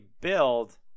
build